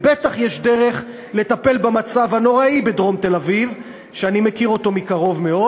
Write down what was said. ובטח יש דרך לטפל במצב הנוראי בדרום תל-אביב שאני מכיר מקרוב מאוד.